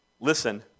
Listen